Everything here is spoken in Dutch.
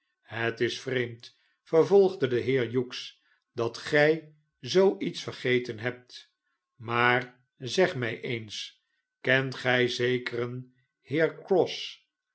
het is vreemd vervolgde de heer hughes dat gij zoo iets vergeten hebt maar zeg mij eens kent gij zekeren heer cross